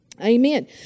Amen